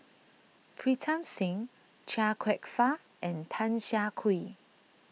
Pritam Singh Chia Kwek Fah and Tan Siah Kwee